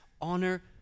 honor